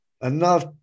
Enough